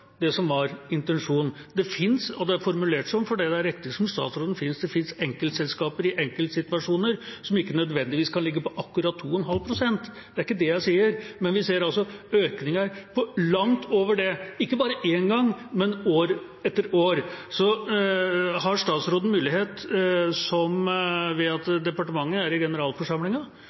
det som var intensjonen. Det er formulert slik – og det er riktig som statsråden sier – fordi det finnes enkeltselskaper i enkeltsituasjoner som ikke nødvendigvis skal ligge på akkurat 2,5 pst. Det er ikke det jeg sier. Men vi ser altså økninger på langt over det, ikke bare én gang, men år etter år. Så ved at departementet er i generalforsamlingen – og i de heleide selskapene er i